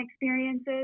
experiences